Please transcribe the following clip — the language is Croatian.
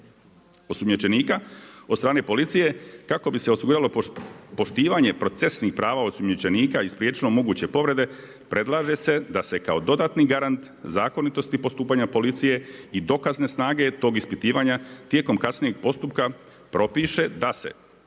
osumnjičenika, od strane policije kako bi se osigurale poštivanje procesnih prava osumnjičenika i spriječilo moguće povrede, predlaže se da se kao dodatni garant zakonitosti postupanja policije i dokazne snage tog ispitivanja tijekom kasnijeg postupka propiše da se